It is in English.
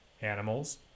animals